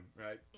right